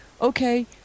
okay